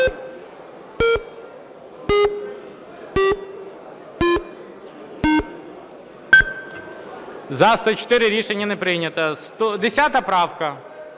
За-104 Рішення не прийнято. 10 правка.